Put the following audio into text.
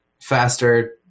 faster